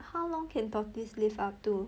how long can tortoise live up to